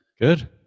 Good